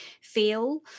feel